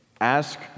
Ask